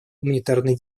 гуманитарной